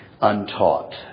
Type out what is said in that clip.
untaught